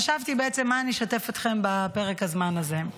חשבתי בעצם במה אני אשתף אתכם בפרק הזמן הזה.